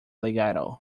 legato